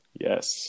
Yes